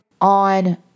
on